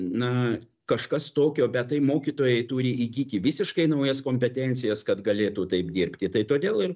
na kažkas tokio bet tai mokytojai turi įgyti visiškai naujas kompetencijas kad galėtų taip dirbti tai todėl ir